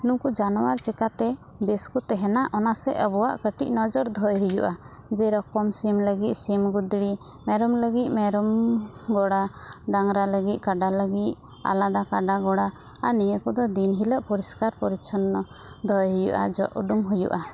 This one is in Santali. ᱱᱩᱠᱩ ᱡᱟᱱᱣᱟᱨ ᱪᱮᱠᱟ ᱛᱮ ᱵᱮᱥ ᱠᱚ ᱛᱟᱦᱮᱱᱟ ᱚᱱᱟ ᱥᱮᱡ ᱟᱵᱚᱣᱟ ᱠᱟᱹᱴᱤᱡ ᱱᱚᱡᱚᱨ ᱫᱚᱦᱚᱭᱵ ᱦᱩᱭᱩᱜᱼᱟ ᱡᱮ ᱨᱚᱠᱚᱢ ᱥᱤᱢ ᱞᱟᱹᱜᱤᱫ ᱥᱤᱢ ᱜᱩᱫᱽᱲᱤ ᱢᱮᱨᱚᱢ ᱞᱟᱹᱜᱤᱫ ᱢᱮᱨᱚᱢ ᱜᱚᱲᱟ ᱰᱟᱝᱨᱟ ᱞᱟᱹᱜᱤᱫ ᱠᱟᱰᱟ ᱞᱟᱹᱜᱤᱫ ᱟᱞᱟᱫᱟ ᱠᱟᱰᱟ ᱜᱚᱲᱟ ᱟᱨ ᱱᱤᱭᱟᱹ ᱠᱚᱫᱚ ᱫᱤᱱ ᱦᱤᱞᱳᱜ ᱯᱚᱨᱤᱥᱠᱟᱨ ᱯᱚᱨᱤᱪᱷᱚᱱᱱᱚ ᱫᱚᱦᱚᱭ ᱦᱩᱭᱩᱜᱼᱟ ᱡᱚᱜ ᱩᱰᱩᱝ ᱦᱩᱭᱩᱜᱼᱟ